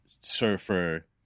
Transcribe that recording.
surfer